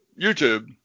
YouTube